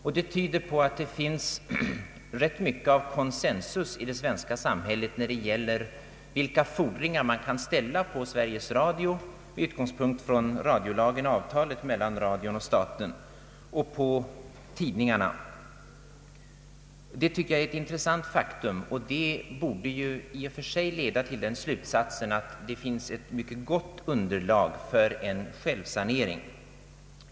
Detta tyder på att det finns rätt mycket av consensus i det svenska samhället när det gäller vilka fordringar man kan ställa på Sveriges Radio, med utgångspunkt i radiolagen och avtalet mellan Sveriges Radio och staten, samt på tidningarna. Detta är ett intressant faktum och borde leda till den slutsatsen att ett mycket gott underlag finns för en självsanering.